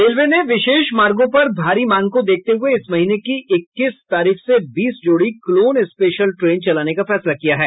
railway ने विशेष मार्गों पर भारी मांग को देखते हुये इस महीने की इक्कीस तारीख से बीस जोड़ी क्लोन स्पेशल ट्रेन चलाने का फैसला किया है